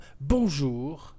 Bonjour